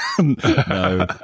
no